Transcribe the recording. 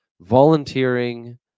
Volunteering